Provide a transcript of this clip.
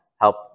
help